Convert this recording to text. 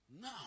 Now